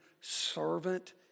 servant